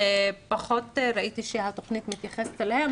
שפחות ראיתי שהתוכנית מתייחסת אליהם,